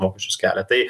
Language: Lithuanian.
mokesčius kelia tai